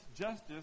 Justice